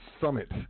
summit